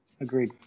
Agreed